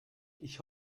ich